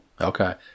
Okay